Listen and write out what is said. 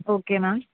okay ma'am